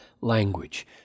language